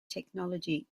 technology